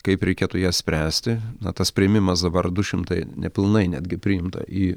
kaip reikėtų ją spręsti na tas priėmimas dabar du šimtai nepilnai netgi priimta į